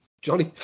Johnny